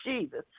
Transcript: Jesus